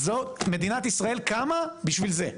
מדינת ישראל קמה בשביל זה,